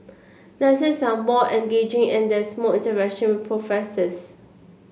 lessons are more engaging and there's more interaction with professors